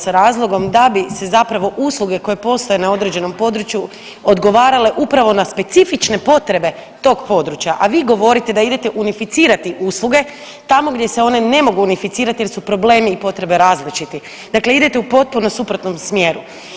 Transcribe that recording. Sa razlogom da bi se zapravo usluge koje postoje na određenom području odgovarale upravo na specifične potrebe tog područja, a vi govorite da idete unificirati usluge tamo gdje se one ne mogu unificirat jer su problemi i potrebe različiti, dakle idete u potpuno suprotnom smjeru.